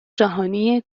جهانی